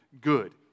good